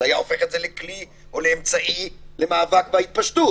זה היה הופך את זה לכלי או לאמצעי למאבק בהתפשטות.